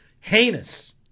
heinous